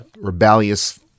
Rebellious